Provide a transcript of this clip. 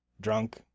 drunk